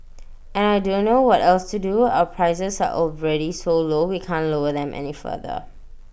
and I don't know what else to do our prices are already so low we can't lower them any further